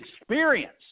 experience